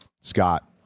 Scott